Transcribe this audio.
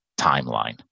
timeline